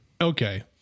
Okay